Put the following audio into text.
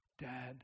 Dad